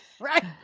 Right